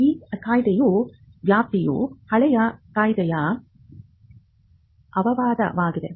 ಈ ಕಾಯಿದೆಯ ವ್ಯಾಪ್ತಿಯು ಹಳೆಯ ಕಾಯಿದೆಯ ಅಪವಾದವಾಗಿದೆ